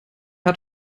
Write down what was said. hat